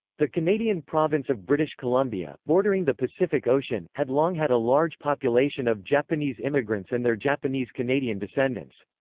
the canadian province of british columbia, bordering the pacific ocean, had long had a large population of japanese immigrants and their japanese canadian descendants.